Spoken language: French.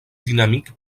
dynamique